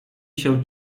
się